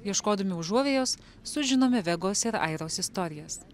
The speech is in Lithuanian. ieškodami užuovėjos sužinome vegos ir airos istorijas